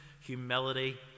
humility